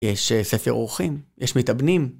יש ספר אורחים, יש מתאבנים.